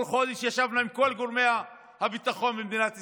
כל חודש ישבנו עם כל גורמי הביטחון במדינת ישראל,